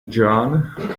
joanne